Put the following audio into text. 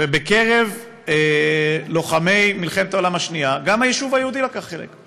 בקרב לוחמי מלחמת העולם השנייה גם היישוב היהודי לקח חלק.